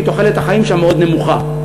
כי תוחלת החיים שם מאוד נמוכה.